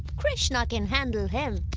krishna can handle him!